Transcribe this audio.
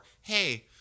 hey